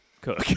cook